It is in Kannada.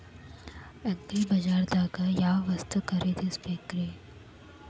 ಅಗ್ರಿಬಜಾರ್ದಾಗ್ ಯಾವ ವಸ್ತು ಖರೇದಿಸಬೇಕ್ರಿ?